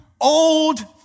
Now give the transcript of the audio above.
old